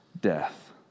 death